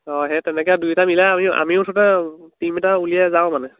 অঁ সেই তেনেকৈ দুয়োটা মিলাই আমি আমিও মুঠতে টিম এটা উলিয়াই যাওঁ মানে